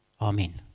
Amen